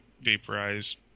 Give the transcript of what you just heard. vaporize